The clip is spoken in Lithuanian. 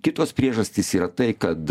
kitos priežastys yra tai kad